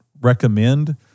recommend